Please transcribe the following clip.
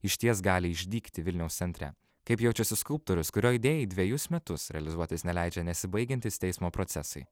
išties gali išdygti vilniaus centre kaip jaučiasi skulptorius kurio idėjai dvejus metus realizuotis neleidžia nesibaigiantys teismo procesai